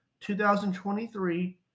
2023